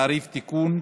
(תיקון,